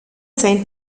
saint